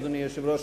אדוני היושב-ראש,